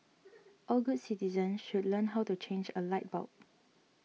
all good citizens should learn how to change a light bulb